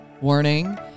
Warning